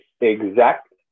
exact